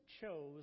chose